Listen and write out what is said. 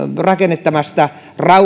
rakennettavasta